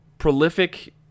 prolific